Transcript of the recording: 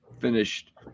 finished